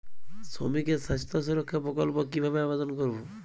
শ্রমিকের স্বাস্থ্য সুরক্ষা প্রকল্প কিভাবে আবেদন করবো?